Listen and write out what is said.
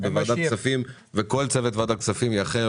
צריך לבחון את זה ובדיוני התקציב יכול להיות שזה ייכנס.